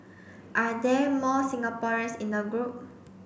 are there more Singaporeans in the group